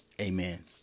Amen